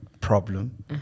problem